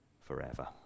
forever